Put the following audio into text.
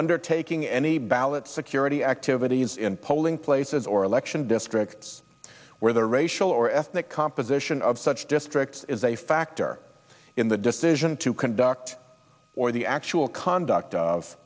undertaking any ballot security activities in polling places or election districts where the racial or ethnic composition of such districts is a factor in the decision to conduct or the actual conduct of